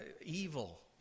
evil